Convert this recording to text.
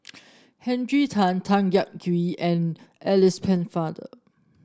Tan Tan Yak Whee and Alice Pennefather